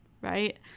right